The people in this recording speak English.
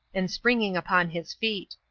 and springing upon his feet.